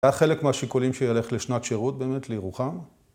זה היה חלק מהשיקולים שילך לשנת שירות באמת לירוחם.